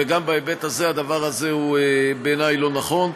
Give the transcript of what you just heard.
וגם בהיבט הזה הדבר הזה הוא בעיני לא נכון.